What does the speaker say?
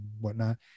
whatnot